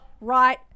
right